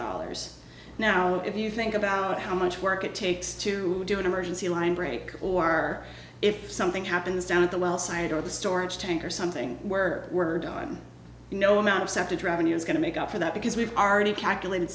dollars now if you think about how much work it takes to do an emergency line break or are if something happens down the aisle science or the storage tank or something where we're done no amount of sap to drive in is going to make up for that because we've already calculated